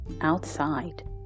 outside